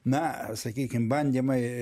na sakykim bandymai